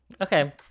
Okay